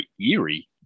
eerie